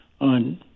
on